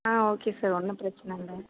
ஆ okay sir ஒன்றும் பிரச்சனை இல்லை